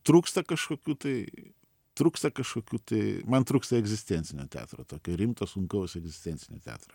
trūksta kažkokių tai trūksta kažkokių tai man trūksta egzistencinio teatro tokio rimto sunkaus egzistencinio teatro